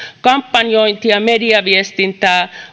kampanjointia mediaviestintää